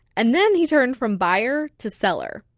and then he turned from buyer to seller.